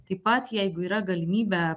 taip pat jeigu yra galimybė